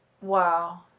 Wow